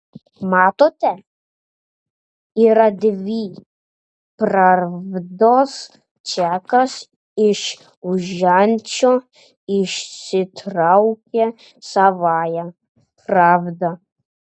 matote yra dvi pravdos čekas iš užančio išsitraukia savąją pravdą